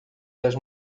das